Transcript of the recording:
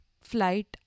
flight